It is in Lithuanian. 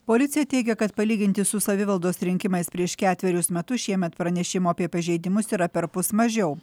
policija teigia kad palyginti su savivaldos rinkimais prieš ketverius metus šiemet pranešimų apie pažeidimus yra perpus mažiau